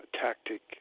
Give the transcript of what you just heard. tactic